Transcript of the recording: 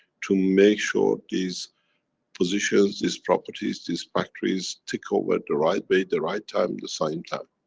to make sure these positions, these properties, these factories, take over the right way the right time, the same time.